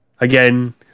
again